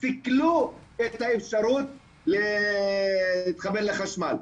סיכלו את האפשרות להתחבר לחשמל.